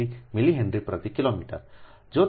353 millihenry પ્રતિ kilometre